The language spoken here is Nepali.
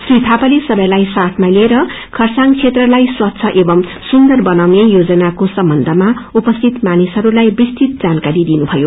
श्री थापाले सवैलाई साथ लिएर खरसाङ क्षेत्रलाई स्वच्छ एवम सुन्दर बनाउने योजनाको सम्बन्धमा उपस्थित मानिसहरूलाई विस्तृत जानकारी दिनुभयो